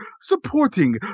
supporting